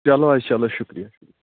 چَلو حظ چَلو شُکریہ